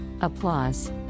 Applause